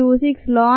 26 ln207